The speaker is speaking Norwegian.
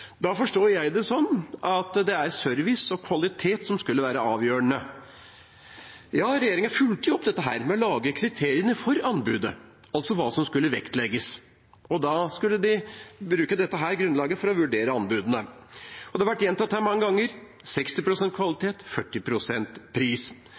Da forstår jeg det sånn at service og kvalitet skulle være avgjørende. Ja, regjeringa fulgte jo opp dette med å lage kriteriene for anbudet, altså hva som skulle vektlegges, og da skulle de bruke dette grunnlaget for å vurdere anbudene. Det har vært gjentatt her mange ganger: